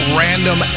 random